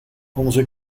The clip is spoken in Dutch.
onze